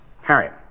Harriet